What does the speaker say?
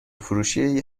فروشیه